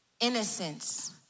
innocence